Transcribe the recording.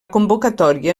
convocatòria